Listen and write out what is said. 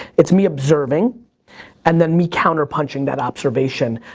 it's me observing and then me counter punching that observation.